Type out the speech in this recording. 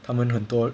他们很多